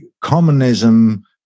communism